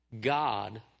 God